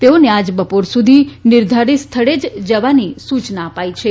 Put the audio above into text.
તેઓને આજે બપોર સુધી નિર્ધારિત સ્થળે જવાની સૂચના અપાઇ છે